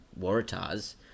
Waratahs